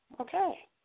Okay